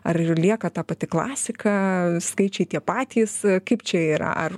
ar ir lieka ta pati klasika skaičiai tie patys kaip čia yra ar